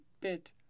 bit